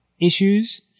issues